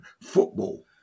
football